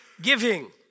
Giving